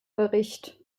bericht